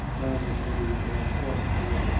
murmured louise, in a hoarse voice.